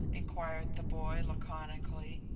inquired the boy, laconically.